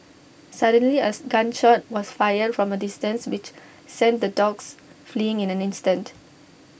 suddenly as gun shot was fired from A distance which sent the dogs fleeing in an instant